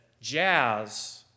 Jazz